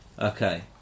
Okay